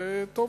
וטוב